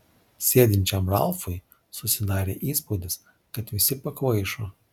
sėdinčiam ralfui susidarė įspūdis kad visi pakvaišo